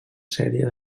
sèrie